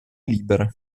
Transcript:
libere